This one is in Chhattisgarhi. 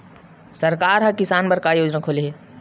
सरकार ह किसान बर का योजना खोले हे?